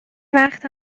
وقت